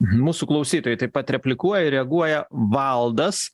mūsų klausytojai taip pat replikuoja ir reaguoja valdas